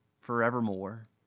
forevermore